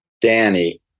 Danny